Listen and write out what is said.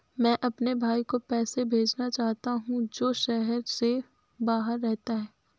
मैं अपने भाई को पैसे भेजना चाहता हूँ जो शहर से बाहर रहता है